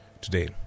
today